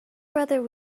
whether